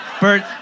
Bert